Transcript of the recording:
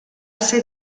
ser